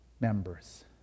members